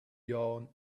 yarn